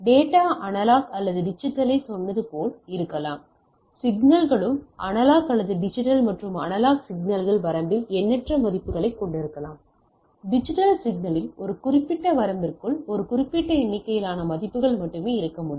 data analogue அல்லது டிஜிட்டலை சொன்னது போல் இருக்கலாம் சிக்னல்களும் அனலாக் அல்லது டிஜிட்டல் மற்றும் அனலாக் சிக்னல்கள் வரம்பில் எண்ணற்ற மதிப்புகளைக் கொண்டிருக்கலாம் டிஜிட்டல் சிக்னலில் ஒரு குறிப்பிட்ட வரம்பிற்குள் ஒரு குறிப்பிட்ட எண்ணிக்கையிலான மதிப்புகள் மட்டுமே இருக்க முடியும்